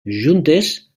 juntes